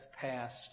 passed